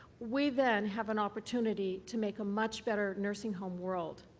we then have an opportunity to make a much better nursing home world,